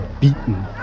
beaten